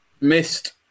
missed